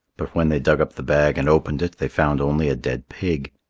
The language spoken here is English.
but when they dug up the bag and opened it, they found only a dead pig.